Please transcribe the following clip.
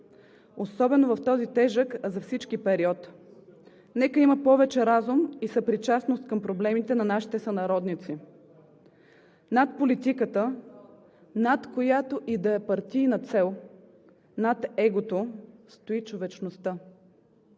особено в този тежък за всички период. Нека има повече разум и съпричастност към проблемите на нашите сънародници. Над политиката, над която и да е партийна цел, над егото стои човечността.